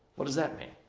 what does that mean?